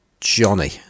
Johnny